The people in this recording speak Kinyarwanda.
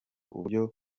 uburyo